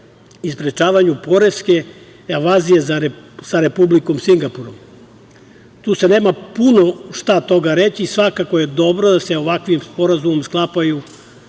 i sprečavanju poreske evazije sa Republikom Singapurom. Tu se nema puno toga reći. Svakako je dobro da se ovakvi sporazumi sklapaju